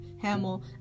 hamill